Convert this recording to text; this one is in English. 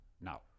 now